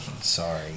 sorry